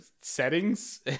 settings